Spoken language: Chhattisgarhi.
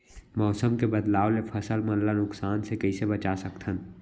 मौसम के बदलाव ले फसल मन ला नुकसान से कइसे बचा सकथन?